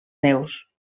déus